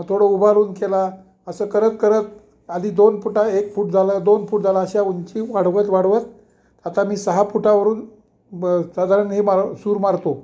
मग थोडं उभा राहून केला असं करत करत आधी दोन फुटा एक फूट झाला दोन फूट झाला अशा उंची वाढवत वाढवत आता मी सहा फुटावरून ब साधारण हे मार सूर मारतो